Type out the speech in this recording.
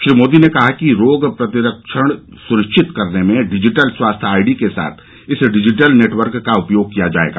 श्री मोदी ने कहा कि रोग प्रतिरक्षण सुनिश्चित करने में डिजिटल स्वास्थ्य आईडी के साथ इस डिजिटल नेटवर्क का उपयोग किया जाएगा